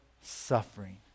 suffering